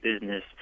business